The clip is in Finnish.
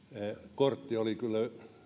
kortti oli kyllä